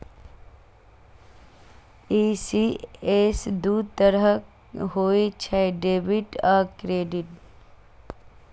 ECS दू तरहक होइ छै, डेबिट आ क्रेडिट